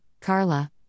Carla